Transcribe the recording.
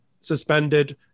suspended